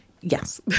Yes